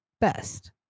best